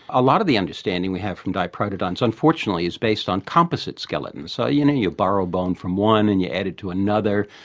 a lot of the understanding we have from diprotodons unfortunately is based on composite skeletons, so you know you borrow a bone from one and you add it to another.